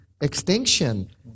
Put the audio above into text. extinction